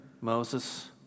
Moses